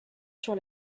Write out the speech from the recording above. sur